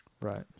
Right